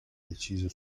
deciso